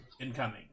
incoming